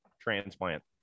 Transplant